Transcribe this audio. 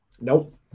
Nope